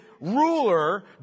ruler